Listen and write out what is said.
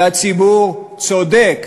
והציבור צודק.